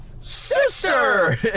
Sister